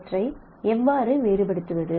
அவற்றை எவ்வாறு வேறுபடுத்துவது